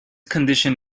condition